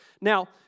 Now